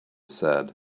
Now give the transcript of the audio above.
said